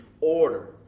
order